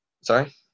Sorry